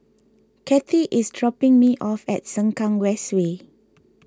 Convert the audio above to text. Kathie is dropping me off at Sengkang West Way